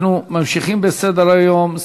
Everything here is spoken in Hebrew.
אנחנו ממשיכים בסדר-היום.